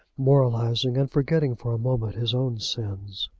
moralizing, and forgetting for a moment his own sins.